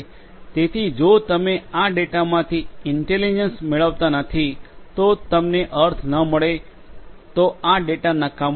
તેથી જો તમે આ ડેટામાંથી ઇન્ટેલિજન્સ મેળવતા નથી તો તમને અર્થ ન મળે તો આ ડેટા નકામોં હશે